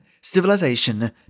civilization